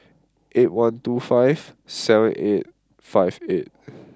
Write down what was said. eight one two five seven eight five eight